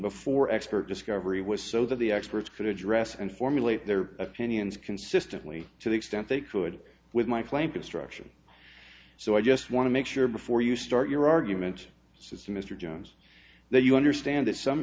before expert discovery was so that the experts could address and formulate their opinions consistently to the extent they could with my claim construction so i just want to make sure before you start your argument says mr jones that you understand this some